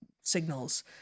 signals